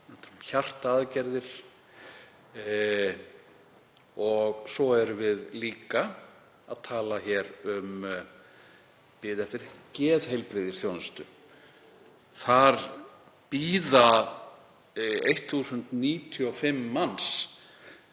hjartaaðgerðir. Og svo erum við líka að tala um bið eftir geðheilbrigðisþjónustu. Þar bíða 1.095 manns